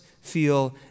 feel